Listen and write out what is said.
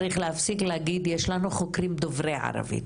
צריך להפסיק להגיד שיש חוקרים דוברי ערבית.